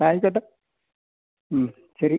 ആയിക്കോട്ടെ ഉം ശരി